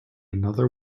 another